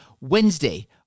Wednesday